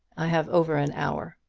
i have over an hour.